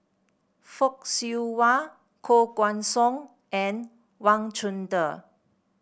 Fock Siew Wah Koh Guan Song and Wang Chunde